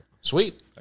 Sweet